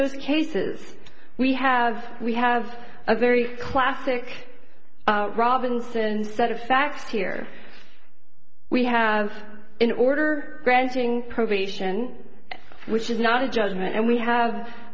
those cases we have we have a very classic robinson set of facts here we have an order granting probation which is not a judgment and we have